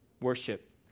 worship